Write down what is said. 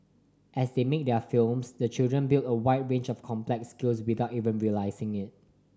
as they made their films the children build a wide range of complex skills without even realising it